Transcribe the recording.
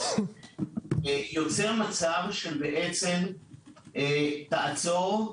יוצר מצב שתעצור,